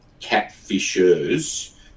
catfishers